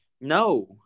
No